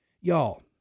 Y'all